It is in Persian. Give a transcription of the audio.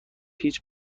هیچ